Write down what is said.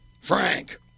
Frank